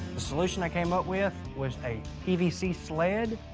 the solution i came up with was a pvc sled.